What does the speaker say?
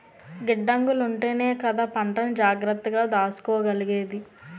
గిడ్డంగులుంటేనే కదా పంటని జాగ్రత్తగా దాసుకోగలిగేది?